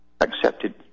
accepted